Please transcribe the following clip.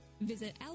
Visit